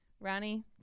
Ronnie